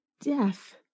death